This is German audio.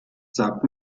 sagt